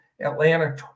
Atlanta